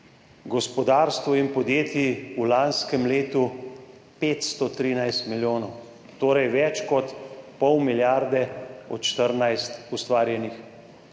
gospodarstvo in podjetja v lanskem letu 513 milijonov, torej več kot pol milijarde od 14 ustvarjenih.